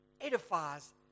Edifies